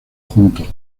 juntos